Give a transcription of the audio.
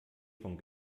von